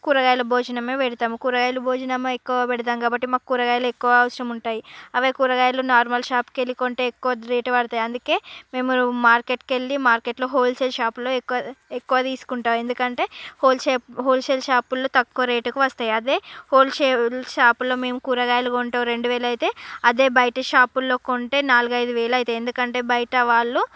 కూరగాయలు భోజనమే పెడతాము కూరగాయలు భోజనమే ఎక్కువ పెడతాము కాబట్టి మాకు కూరగాయలు ఎక్కువ అవసరం ఉంటాయి అవే కూరగాయలు నార్మల్ షాపుకెళ్ళి కొంటే ఎక్కువ రేటు వడతాయ్ అందుకే మేము మార్కెట్టుకు వెళ్ళి మార్కెట్టులో హోల్సేల్ షాపులో ఎక్కువ ఎక్కువ తీసుకుంటాం ఎందుకంటే హోల్షేప్ హోల్సేల్ షాపుల్లో తక్కువ రేటుకి వస్తాయ్ అదే హాల్షేల్ షాల్ షాపులో మేము కూరగాయలు కొంటాం రెండువేలు అయితే అదే బయట షాపుల్లో కొంటే నాలుగు ఐదు వేలు అయితాయ్ ఎందుకంటే బయటవాళ్ళు